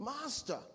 Master